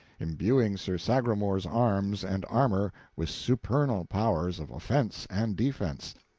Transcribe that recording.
imbuing sir sagramor's arms and armor with supernal powers of offense and defense,